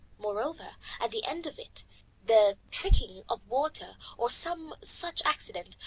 moreover, at the end of it the trickling of water, or some such accident,